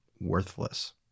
worthless